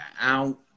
out